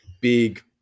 big